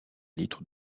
litre